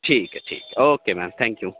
ٹھیک ہے ٹھیک ہے اوکے میم تھینک یو